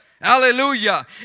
Hallelujah